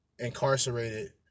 incarcerated